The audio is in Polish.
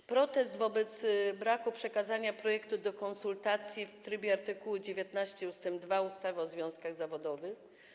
Był protest wobec braku przekazania projektu do konsultacji w trybie art. 19 ust. 2 ustawy o związkach zawodowych.